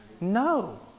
No